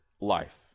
life